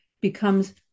becomes